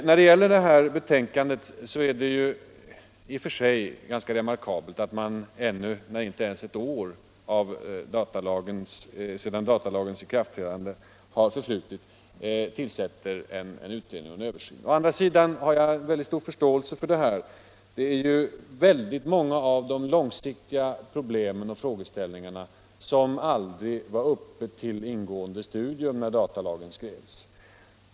När det gäller det förevarande betänkandet är det i och för sig ganska remarkabelt att man nu när inte ens ett år har förflutit efter datalagens ikraftträdande begär en utredning och en översyn. Å andra sidan har jag stor förståelse för detta. Väldigt många av de långsiktiga problemen och frågeställningarna hade aldrig varit uppe till ingående studium när datalagen skrevs.